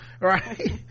right